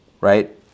right